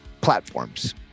platforms